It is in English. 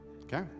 okay